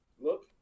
Look